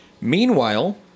Meanwhile